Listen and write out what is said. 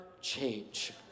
change